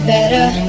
Better